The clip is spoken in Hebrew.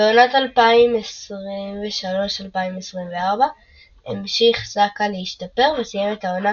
בעונת 2023/2024 המשיך סאקה להשתפר וסיים את העונה